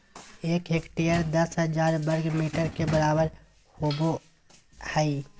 एक हेक्टेयर दस हजार वर्ग मीटर के बराबर होबो हइ